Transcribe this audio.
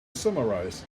summarize